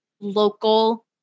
local